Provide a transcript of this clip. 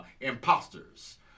imposters